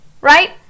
Right